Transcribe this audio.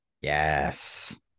Yes